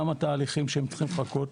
גם התהליכים שהם צריכים לחכות,